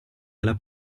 della